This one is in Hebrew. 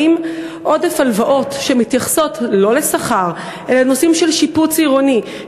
האם עודף הלוואות שמתייחסות לא לשכר אלא לנושאים של שיפוץ עירוני,